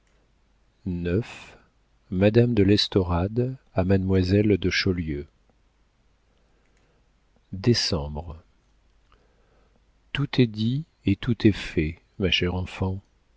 de l'estorade a mademoiselle de chaulieu décembre tout est dit et tout est fait ma chère enfant